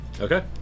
Okay